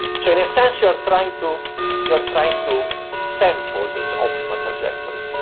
so in a sense, you are trying to you are trying to sample this optimal trajectory.